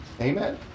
Amen